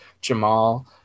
Jamal